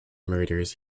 murders